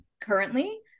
currently